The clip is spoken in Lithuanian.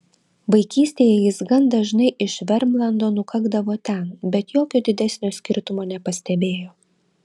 vaikystėje jis gan dažnai iš vermlando nukakdavo ten bet jokio didesnio skirtumo nepastebėjo